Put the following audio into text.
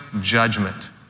judgment